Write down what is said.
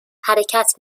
حرکت